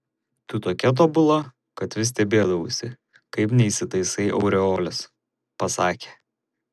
tu tokia tobula kad vis stebėdavausi kaip neįsitaisai aureolės pasakė